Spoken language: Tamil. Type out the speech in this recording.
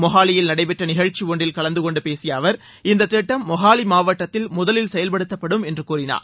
மொஹாலியில் நடைபெற்ற நிகழ்ச்சி ஒன்றில் கலந்தகொண்டு பேசிய அவர் இந்த திட்டம் மொஹாலி மாவட்டத்தில் முதலில் செயல்படுத்தப்படும் என்று கூறினார்